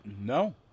no